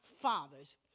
fathers